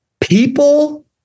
People